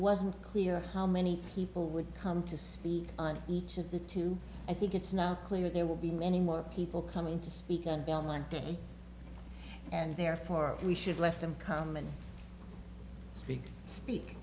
wasn't clear how many people would come to speak on each of the two i think it's now clear there will be many more people coming to speak and bottom line and therefore we should let them come and speak